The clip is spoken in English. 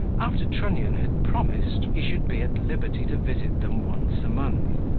after trunnion had promised he should be at liberty to visit them once a month.